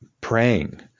praying